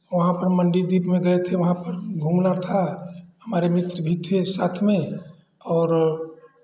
वहाँ पर मंडी द्वीप में गए थे वहाँ पर घूमना था हमारे मित्र भी थे साथ में और